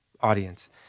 audience